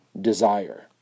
desire